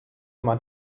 man